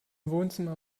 wohnzimmer